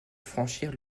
franchir